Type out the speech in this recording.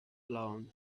lawn